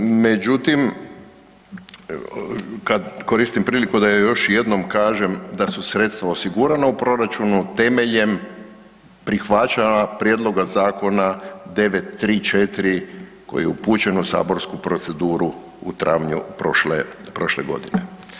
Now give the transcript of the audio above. Međutim, kad koristim priliku da joj još jednom kažem da su sredstva osigurana u proračunu temeljem prihvaćanja prijedloga zakona 934. koji je upućen u saborsku proceduru u travnju prošle godine.